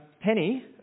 Penny